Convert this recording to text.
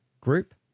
group